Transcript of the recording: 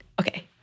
Okay